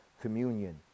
communion